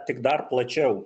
tik dar plačiau